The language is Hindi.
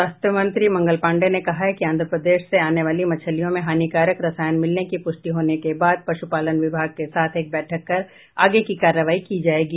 स्वास्थ्य मंत्री मंगल पाण्डेय ने कहा है कि आंध्र प्रदेश से आने वाली मछलियों में हानिकारक रसायन मिलने की पुष्टि होने के बाद पशुपालन विभाग के साथ एक बैठक कर आगे की कार्रवाई की जायेगी